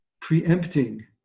preempting